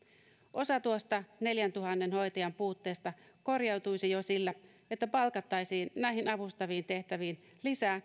osa tuosta neljäntuhannen hoitajan puutteesta korjautuisi jo sillä että palkattaisiin näihin avustaviin tehtäviin lisää